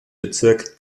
bezirk